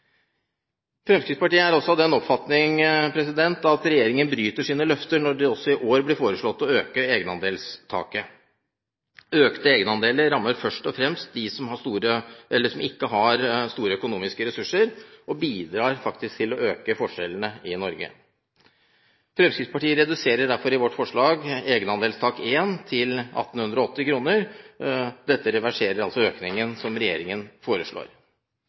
Fremskrittspartiet er også av den oppfatning at regjeringen bryter sine løfter når det også i år blir foreslått å øke egenandelstaket. Økte egenandeler rammer først og fremst dem som ikke har store økonomiske ressurser, og bidrar faktisk til å øke forskjellene i Norge. I sitt forslag reduserer derfor Fremskrittspartiet egenandelstak 1 til 1 880 kr. Dette reverserer altså økningen som regjeringen foreslår.